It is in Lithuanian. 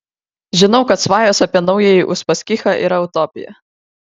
žinau kad svajos apie naująjį uspaskichą yra utopija